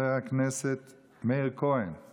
חבר הכנסת מאיר כהן.